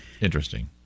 Interesting